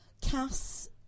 Cass